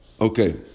Okay